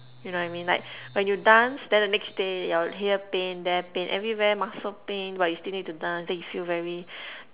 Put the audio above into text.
you know what I mean like when you dance then the next day your here pain there pain everywhere muscle pain but you still need to dance then you feel very